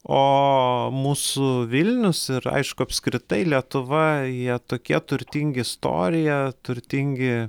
o mūsų vilnius ir aišku apskritai lietuva jie tokie turtingi istorija turtingi